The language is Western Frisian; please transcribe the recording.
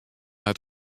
hat